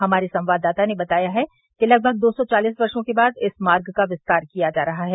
हमारे संवाददाता ने बताया है कि लगभग दो सौ चालिस वर्षो के बाद इस मार्ग का विस्तार किया जा रहा है